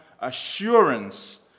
assurance